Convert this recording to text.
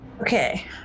Okay